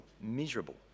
miserable